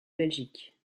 belgique